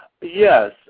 Yes